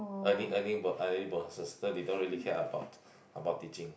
earning earning earning bonuses so they don't really care about about teaching